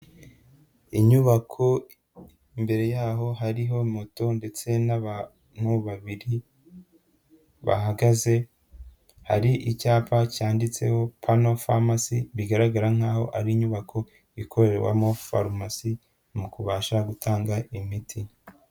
Inyubako imbere yaho hariho moto ndetse n'abantu babiri bahagaze, hari icyapa cyanditseho Pano Pharmacy, bigaragara nkaho ari inyubako ikorerwamo farumasi mu kubasha gutanga imiti.